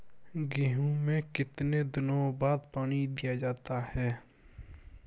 गेहूँ में कितने दिनों बाद पानी दिया जाता है?